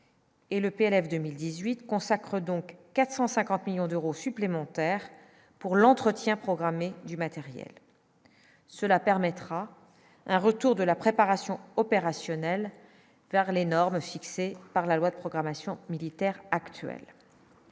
le PLF 2018 consacre donc 450 millions d'euros supplémentaires pour l'entretien programmé du matériel, cela permettra un retour de la préparation opérationnelle par les normes fixées par la loi de programmation militaire actuelle,